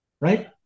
right